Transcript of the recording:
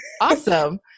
awesome